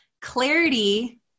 clarity